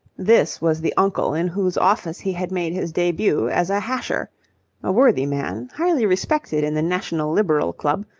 this was the uncle in whose office he had made his debut as a hasher a worthy man, highly respected in the national liberal club,